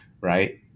right